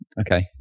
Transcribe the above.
Okay